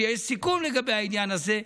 שיש סיכום לגבי העניין הזה.